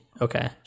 Okay